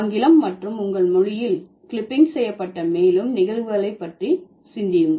ஆங்கிலம் மற்றும் உங்கள் மொழியில் கிளிப்பிங்ஸ் செய்யப்பட்ட மேலும் நிகழ்வுகளை பற்றி சிந்தியுங்கள்